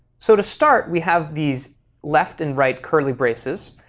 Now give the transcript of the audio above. so to start we have these left and right curly braces,